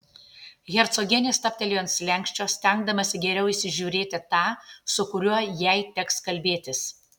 hercogienė stabtelėjo ant slenksčio stengdamasi geriau įsižiūrėti tą su kuriuo jai teks kalbėtis